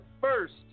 first